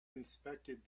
inspected